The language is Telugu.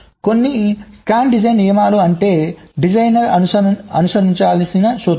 కొన్ని స్కాన్ డిజైన్ నియమాలు అంటే డిజైనర్ అనుసరించాల్సిన సూత్రాలు